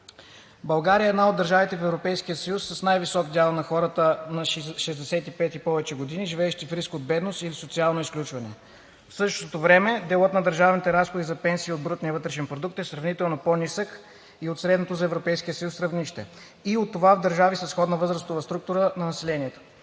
България е една от държавите в Европейския съюз с най-висок дял на хората на 65 и повече години, живеещи в риск от бедност или социално изключване. В същото време, делът на държавните разходи за пенсии от брутния вътрешен продукт (БВП) е сравнително по-нисък и от средното за Европейския съюз равнище, и от това в държави със сходна възрастова структура на населението.